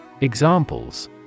Examples